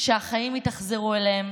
שהחיים התאכזרו אליהם